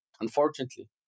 unfortunately